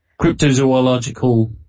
cryptozoological